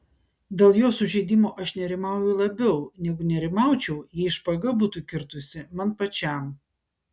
dėl jo sužeidimo aš nerimauju labiau negu nerimaučiau jei špaga būtų kirtusi man pačiam